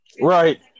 Right